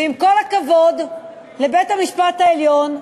ועם כל הכבוד לבית-המשפט העליון,